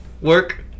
Work